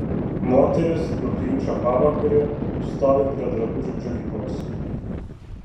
moteris rugpjūčio pavakarį stovi prie drabužių džiovyklos